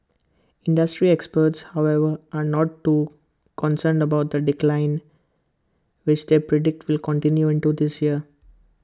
industry experts however are not too concerned about the decline which they predict will continue into this year